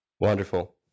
Wonderful